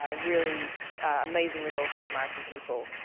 ah really amazing results for the american people.